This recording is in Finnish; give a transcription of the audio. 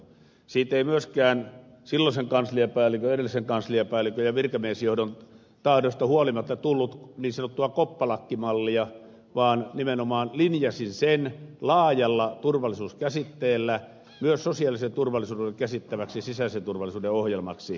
siitä ei myöskään silloisen kansliapäällikön edellisen kansliapäällikön ja virkamiesjohdon tahdosta huolimatta tullut niin sanottua koppalakkimallia vaan nimenomaan linjasin sen laajalla turvallisuuskäsitteellä myös sosiaalisen turvallisuuden käsittäväksi sisäisen turvallisuuden ohjelmaksi